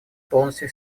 полностью